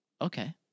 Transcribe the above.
Okay